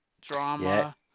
drama